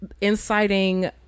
inciting